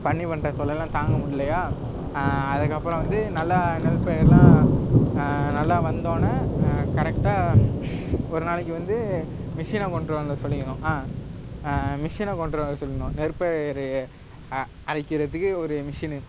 பன்னி பண்ணுற தொல்லைலாம் தாங்க முடிலயா அதுக்கப்புறம் வந்து நல்லா நெல்பயிரெலாம் நல்லா வந்தோவுன்ன கரெக்டாக ஒரு நாளைக்கு வந்து மிஷினை கொண்டு வர சொல்லிக்கணும் ஆ மிஷினை கொண்டு வர சொல்லிடணும் நெற்பயிரை அ அரைக்கிறதுக்கு ஒரு மிஷினு